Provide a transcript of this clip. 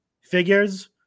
figures